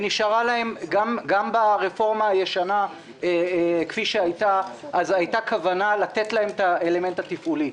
ונשארה להם גם ברפורמה הישנה הייתה כוונה לתת להם את האלמנט התפעולי.